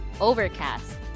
Overcast